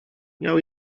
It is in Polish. miał